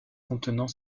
contenant